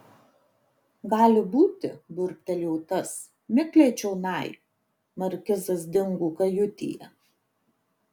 gali būti burbtelėjo tas mikliai čionai markizas dingo kajutėje